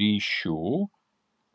ryšių